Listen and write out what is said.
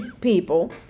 people